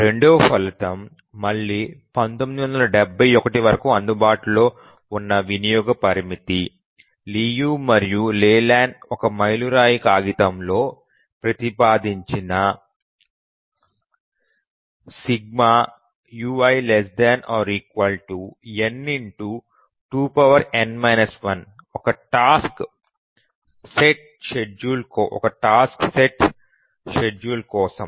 రెండవ ఫలితం మళ్ళీ 1971 వరకు అందుబాటులో ఉన్న వినియోగ పరిమితి లియు మరియు లేలాండ్ ఒక మైలురాయి కాగితం లో ప్రతిపాదించింది ui ≤ n ఒక టాస్క్ సెట్ షెడ్యూల్ కోసం